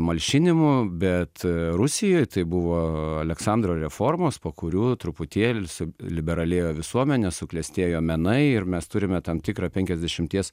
malšinimu bet rusijoj tai buvo aleksandro reformos po kurių truputėlį suliberalėjo visuomenė suklestėjo menai ir mes turime tam tikrą penkiasdešimties